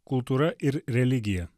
kultūra ir religija